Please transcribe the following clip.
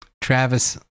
Travis